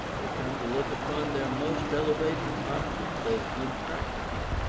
they come to look upon their most elevated objects as unpractical,